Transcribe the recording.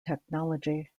technology